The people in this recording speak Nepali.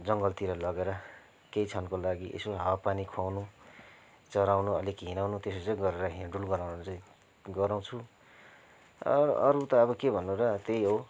जङ्गलतिर लगेर केही क्षणको लागि यसो हावा पानी खुवाउनु चराउनु अलिक हिँडाउनु त्यसो चाहिँ गरेर हिड् डुल गराउनु चाहिँ गराउँछु अरू अरू त के भन्नु र त्यही हो